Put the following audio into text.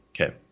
Okay